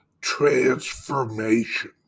transformation